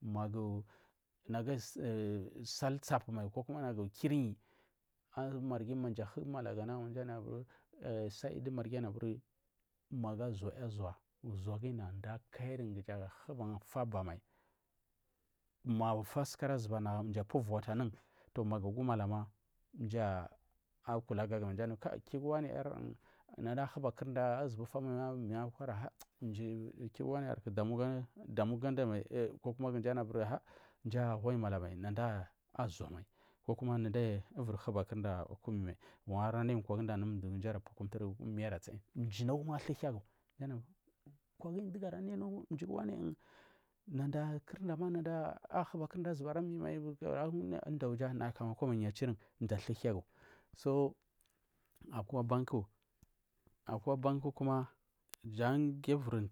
Magu nagu ayi salisapu mai nagu kakima mirya armarghi maja huri malaga naga nagu mji sai dumaghi anaburi magu uzaya zua, zua guyi nda huban kayiri aba mai, mafa sukura zuba mji apu wafu anu toh magu gumadamala mjia akulagagu mai ma kigu wariyar nadama ayi huba kurda azubu famu ma migukwara har kifu wani, yarku damu aga damai kakukma mji ayu ahuwayi malamai nada ayi uzamai kokuma nada aiyi huba kurda akumimai wangu abura nayi kwaguda zabura pukumtura mi ara tsal mji nagum ara thuhiyagu mji anu kwaguyi dugu aranayi anu mjiju wani, nada kurdama nada thuba kurda arami mai mai jan umdauya naya anyi komai mji achirin mji athuhigu, so akwa banku akwabankuma jan giyu wir